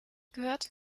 gehört